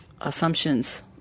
assumptions